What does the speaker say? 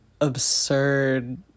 absurd